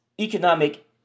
economic